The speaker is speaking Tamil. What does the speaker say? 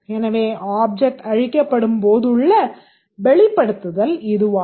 எனவே ஆஃப்ஜெக்ட் அழிக்கப்படும் போதுள்ள வெளிப்படுத்துதல் இதுவாகும்